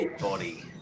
body